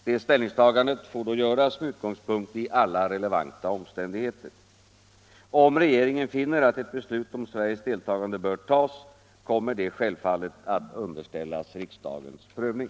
Detta ställningstagande får då göras med utgångspunkt i alla relevanta omständigheter. Om regeringen finner att ett beslut om Sveriges deltagande bör tas, kommer detta självfallet att underställas riksdagens prövning.